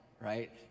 Right